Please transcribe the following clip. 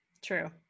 true